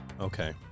okay